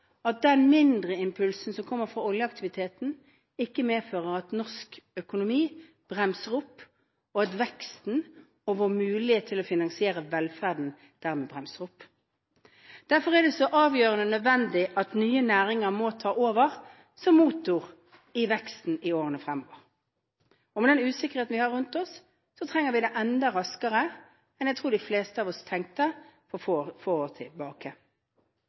at den mindre impulsen som kommer fra oljeaktiviteten, ikke medfører at norsk økonomi bremser opp, og at veksten og vår mulighet til å finansiere velferden dermed bremser opp. Derfor er det avgjørende nødvendig at nye næringer må ta over som motor i veksten i årene fremover. Og med den usikkerheten vi har rundt oss, trenger vi det enda raskere enn jeg tror de fleste av oss tenkte for få år tilbake.